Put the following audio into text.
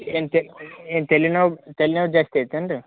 ಏನು ತೆ ಏನು ತಲಿನೋವು ತಲಿನೋವು ಜಾಸ್ತಿ ಆಯ್ತೇನು ರೀ